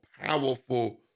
powerful